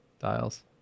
dials